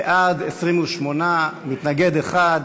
בעד, 28, מתנגד אחד,